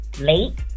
late